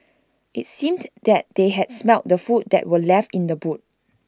IT seemed that they had smelt the food that were left in the boot